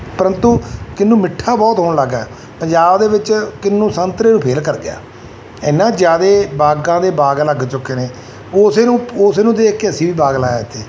ਪਰੰਤੂ ਕਿਨੂੰ ਮਿੱਠਾ ਬਹੁਤ ਹੋਣ ਲੱਗਾ ਪੰਜਾਬ ਦੇ ਵਿੱਚ ਕਿਨੂੰ ਸੰਤਰੇ ਨੂੰ ਫੇਲ ਕਰ ਗਿਆ ਇੰਨਾਂ ਜ਼ਿਆਦਾ ਬਾਗਾਂ ਦੇ ਬਾਗ ਲੱਗ ਚੁੱਕੇ ਨੇ ਉਸੇ ਨੂੰ ਉਸੇ ਨੂੰ ਦੇਖ ਕੇ ਅਸੀਂ ਵੀ ਬਾਗ ਲਗਾਇਆ ਇੱਥੇ